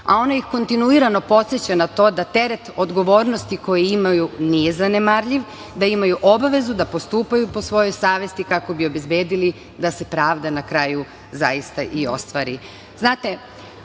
a ona ih kontinuirano podseća na to da teret odgovornosti koje imaju nije zanemarljiv, da imaju obavezu da postupaju po svojoj savesti kako bi obezbedili da se pravda na kraju zaista i ostvari. Znate,